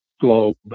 globe